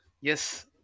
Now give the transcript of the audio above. Yes